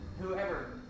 whoever